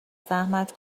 زحمت